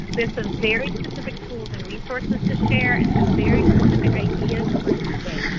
there's some very specific tools and resources to share and some very specific ideas for you today.